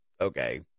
okay